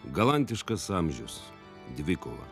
galantiškas amžius dvikova